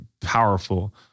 powerful